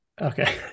Okay